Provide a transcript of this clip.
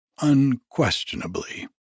unquestionably